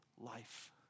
life